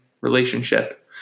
relationship